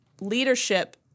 leadership